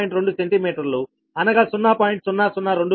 2 సెంటీమీటర్లు అనగా 0